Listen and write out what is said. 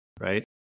Right